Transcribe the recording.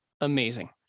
amazing